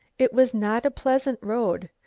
it was not a pleasant road,